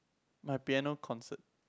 my piano concert